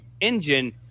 engine